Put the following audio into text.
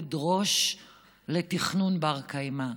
בכובד ראש לתכנון בר-קיימא,